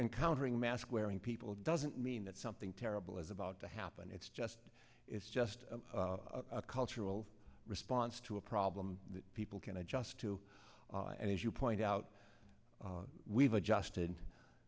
encountering mask wearing people doesn't mean that something terrible is about to happen it's just it's just a cultural response to a problem that people can adjust to and as you point out we've adjusted